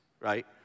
right